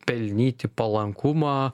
pelnyti palankumą